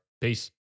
Peace